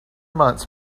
months